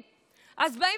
אז באים ואומרים: אוקיי,